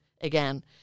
again